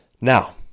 Now